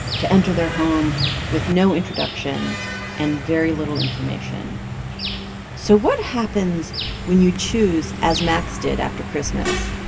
to enter their home with no introduction and very little information so what happens when you choose, as max did after christmas,